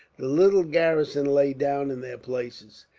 the little garrison lay down in their places,